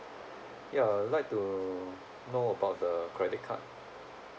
ya I would like to know about the credit card